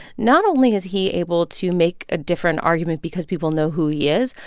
not only is he able to make a different argument because people know who he is,